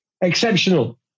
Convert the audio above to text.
exceptional